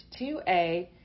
2A